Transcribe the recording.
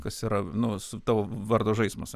kas yra nu su tavo vardo žaismas